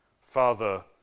Father